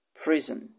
prison